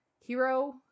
hero